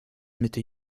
mitte